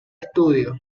estudio